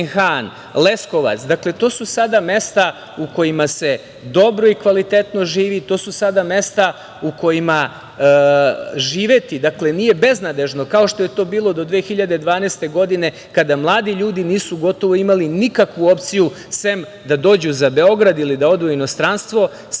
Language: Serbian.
Leskovac. Dakle, to su sada mesta u kojima se dobro i kvalitetno živi, to su sada mesta u kojima živeti nije beznadežno, kao što je to bilo do 2012. godine, kada mladi ljudi nisu gotovo imali nikakvu opciju sem da dođu za Beograd ili da odu u inostranstvo. Sada smo